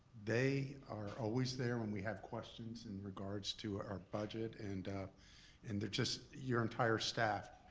they are always there when we have questions in regards to our budget, and and they're just, your entire staff,